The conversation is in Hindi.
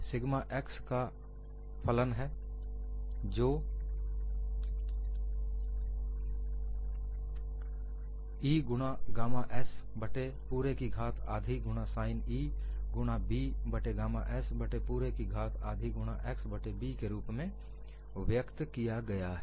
सिगमा एक्स का फलन है जो E गुणा गामा s बट्टे पूरे की घात आधी गुणा साइन E गुणा b बट्टे गामा s बट्टे पूरे की घात आधी गुणा x बट्टे b के रूप में व्यक्त किया गया है